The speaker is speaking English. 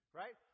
right